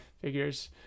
Figures